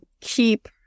keep